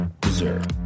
deserve